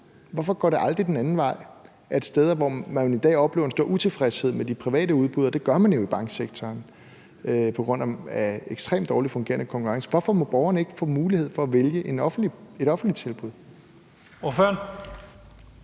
Hvorfor går det aldrig den anden vej i forhold til de steder, hvor man i dag oplever en stor utilfredshed med det private udbud, og det gør man jo i banksektoren på grund af en ekstremt dårligt fungerende konkurrence. Hvorfor må borgerne ikke få mulighed for at vælge et offentligt tilbud?